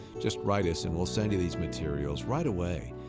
just write us and we'll send you these materials right away.